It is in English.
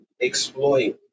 exploit